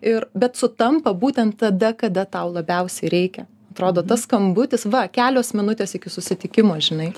ir bet sutampa būtent tada kada tau labiausiai reikia atrodo tas skambutis va kelios minutės iki susitikimo žinai